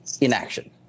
inaction